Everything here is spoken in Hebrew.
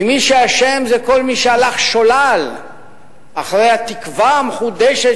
כי מי שאשם זה כל מי שהלך שולל אחרי התקווה המחודשת